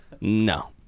No